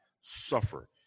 suffer